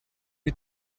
you